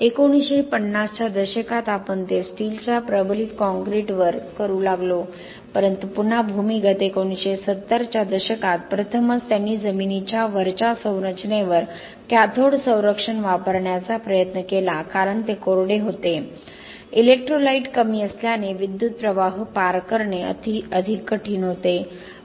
1950 च्या दशकात आपण ते स्टीलच्या प्रबलित काँक्रीटवर करू लागलो परंतु पुन्हा भूमिगत 1970 च्या दशकात प्रथमच त्यांनी जमिनीच्या वरच्या संरचनेवर कॅथोड संरक्षण वापरण्याचा प्रयत्न केला कारण ते कोरडे होते इलेक्ट्रोलाइट कमी असल्याने विद्युत प्रवाह पार करणे अधिक कठीण होते